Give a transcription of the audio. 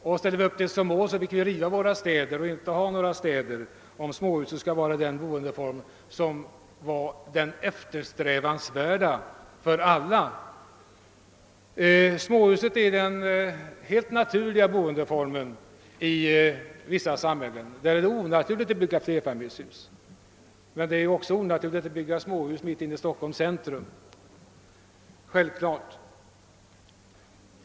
Om småhuset vore det eftersträvansvärda målet för alla finge vi ju riva våra städer. Småhuset är den helt naturliga boendeformen i vissa samhällen — där vore det onaturligt att bygga flerfamiljshus. Men det är också onaturligt att bygga småhus exempelvis mitt inne i Stockholms centrum.